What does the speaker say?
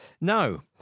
No